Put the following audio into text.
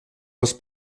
les